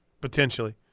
Potentially